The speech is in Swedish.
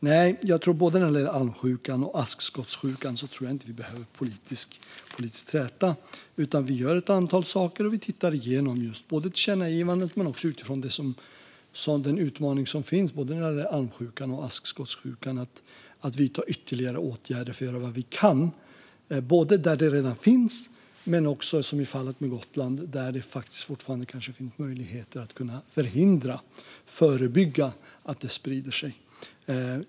När det gäller både almsjukan och askskottsjukan tror jag alltså inte att det behövs politisk träta. Vi gör ett antal saker. Vi tittar igenom just tillkännagivandet, men vi tittar också, utifrån den utmaning som finns när det gäller både almsjukan och askskottsjukan, på att vidta ytterligare åtgärder för att göra vad vi kan där det redan finns men också på möjligheter att, som i fallet med Gotland, fortfarande förhindra och förebygga att det sprider sig.